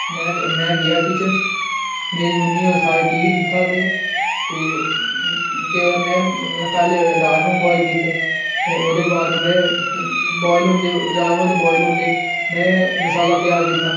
में में गेआ किचन च मेरी मम्मी होर सारे टीवी दिक्खा दे ते केह् होआ में पैह्लें राजमां बोआइल कीते ते ओह्दे बाद में बोआइल होंदे राजमां बोआइल होंदे में मसाला त्यार कीता